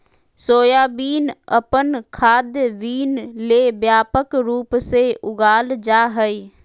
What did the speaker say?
soybean अपन खाद्य bean ले व्यापक रूप से उगाल जा हइ